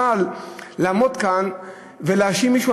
לעמוד כאן ולהאשים מישהו,